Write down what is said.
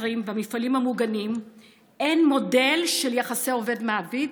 במפעלים המוגנים אין מודל של יחסי עובד מעביד,